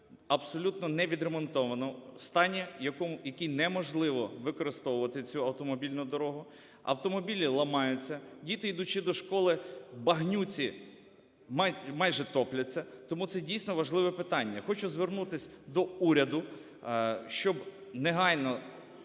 абсолютно не відремонтовано, в стані, який неможливо використовувати цю автомобільну дорогу. Автомобілі ламаються, діти, йдучи до школи, в багнюці майже топляться. Тому це, дійсно, важливе питання. Хочу звернутись до уряду, щоб негайно